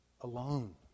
alone